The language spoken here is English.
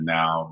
now